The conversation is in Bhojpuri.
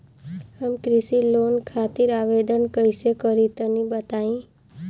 हम कृषि लोन खातिर आवेदन कइसे करि तनि बताई?